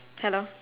hello